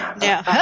Now